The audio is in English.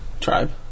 Tribe